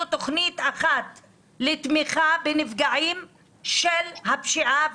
תוכנית אחת לתמיכה בנפגעים של הפשיעה והאלימות,